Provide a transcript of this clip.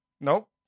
Nope